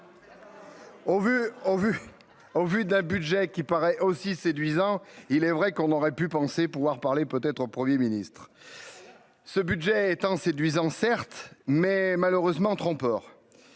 au vu d'un budget qui paraît aussi séduisant, il est vrai qu'on aurait pu penser pouvoir parler, peut être 1er ministre ce budget étant séduisant, certes, mais malheureusement tranports